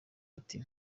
ati